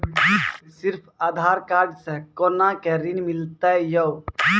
सिर्फ आधार कार्ड से कोना के ऋण मिलते यो?